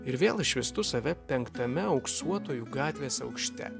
ir vėl išvystu save penktame auksuotojų gatvės aukšte